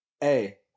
Hey